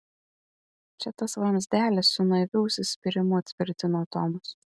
čia tas vamzdelis su naiviu užsispyrimu tvirtino tomas